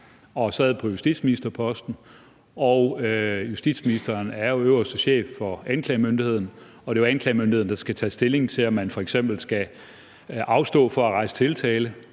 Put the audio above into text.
og sad på justitsministerposten. Og justitsministeren er jo øverste chef for anklagemyndigheden, og det er anklagemyndigheden, der skal tage stilling til, om man f.eks. skal afstå fra at rejse tiltale